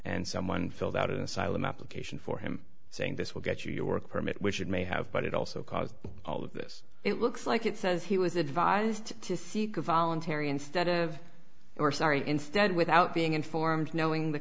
and someone filled out an asylum application for him saying this will get your work permit which it may have but it also caused all of this it looks like it says he was advised to seek a voluntary instead of or sorry instead without being informed knowing the